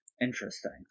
Interesting